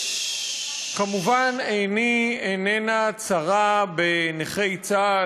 מובן שעיני איננה צרה בנכי צה"ל.